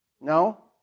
No